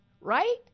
right